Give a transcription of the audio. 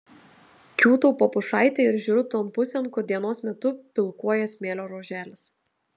kiūtau po pušaite ir žiūriu ton pusėn kur dienos metu pilkuoja smėlio ruoželis